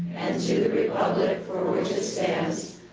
and to the republic for which it stands,